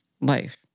Life